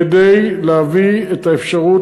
כדי להביא את האפשרות,